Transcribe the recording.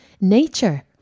Nature